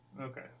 Okay